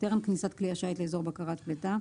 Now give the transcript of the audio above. טרם כניסת כלי השיט לאזור בקרת פליטה,